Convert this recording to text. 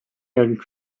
had